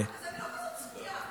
אני לא כזאת צפויה.